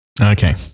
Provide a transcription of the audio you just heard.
Okay